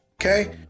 Okay